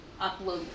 upload